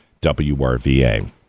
wrva